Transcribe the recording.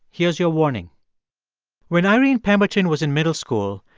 here's your warning when irene pemberton was in middle school,